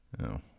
No